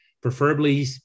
Preferably